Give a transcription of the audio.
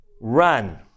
Run